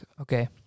okay